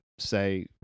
say